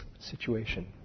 situation